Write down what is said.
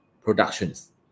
productions